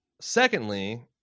Secondly